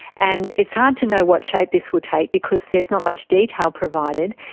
and it's hard to know what shape this will take because there's not much detail provided.